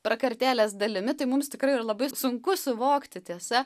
prakartėlės dalimi tai mums tikrai yra labai sunku suvokti tiesa